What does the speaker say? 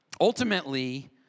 Ultimately